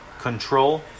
control